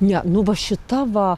ne nu va šita va